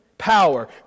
power